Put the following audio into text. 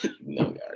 no